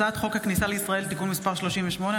הצעת חוק הכניסה לישראל (תיקון מס' 38),